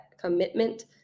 commitment